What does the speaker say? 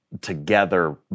together